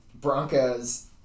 Broncos